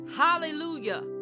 hallelujah